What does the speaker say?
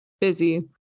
busy